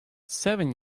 seven